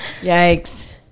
yikes